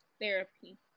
therapy